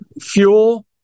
fuel